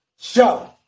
Show